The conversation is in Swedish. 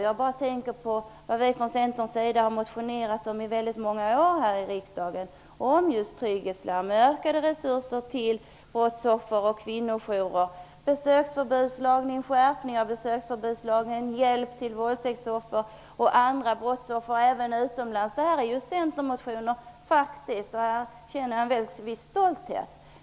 Jag tänker då på hur vi från Centern har motionerat i väldigt många år om just trygghetslarm, om ökade resurser till brottsoffer och kvinnojourer, om besöksförbud, om skärpning av besöksförbudslagen, om hjälp till våldtäktsoffer och andra brottsoffer. Detta är ju faktiskt centermotioner, och det känner jag en viss stolthet över.